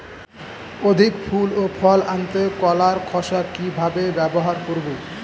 অধিক ফুল ও ফল আনতে কলার খোসা কিভাবে ব্যবহার করব?